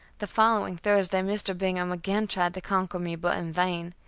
the following thursday mr. bingham again tried to conquer me, but in vain.